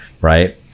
right